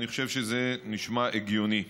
אני חושב שזה נשמע הגיוני.